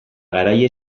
garaile